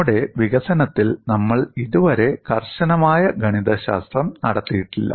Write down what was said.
നമ്മുടെ വികസനത്തിൽ നമ്മൾ ഇതുവരെ കർശനമായ ഗണിതശാസ്ത്രം നടത്തിയിട്ടില്ല